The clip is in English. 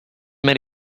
met